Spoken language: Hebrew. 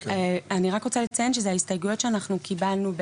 אני רק רוצה לציין שזה ההסתייגויות שאנחנו קיבלנו,